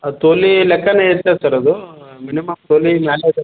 ಅದು ತೊಲ ಲೆಕ್ಕನೇ ಇರ್ತದೆ ಸರ್ ಅದು ಮಿನಿಮಮ್ ತೊಲ